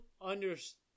understand